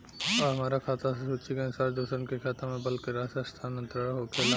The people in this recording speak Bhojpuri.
आ हमरा खाता से सूची के अनुसार दूसरन के खाता में बल्क राशि स्थानान्तर होखेला?